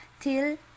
till